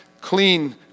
clean